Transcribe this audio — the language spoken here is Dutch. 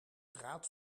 draad